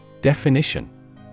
Definition